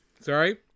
sorry